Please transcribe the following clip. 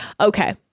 Okay